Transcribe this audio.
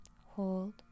hold